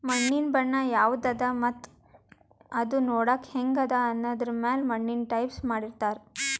ಮಣ್ಣಿನ್ ಬಣ್ಣ ಯವದ್ ಅದಾ ಮತ್ತ್ ಅದೂ ನೋಡಕ್ಕ್ ಹೆಂಗ್ ಅದಾ ಅನ್ನದರ್ ಮ್ಯಾಲ್ ಮಣ್ಣಿನ್ ಟೈಪ್ಸ್ ಮಾಡಿರ್ತಾರ್